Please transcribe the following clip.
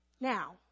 Now